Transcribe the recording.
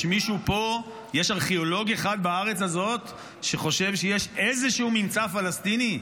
יש ארכיאולוג אחד בארץ הזאת שחושב שיש איזשהו ממצא פלסטיני?